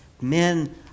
men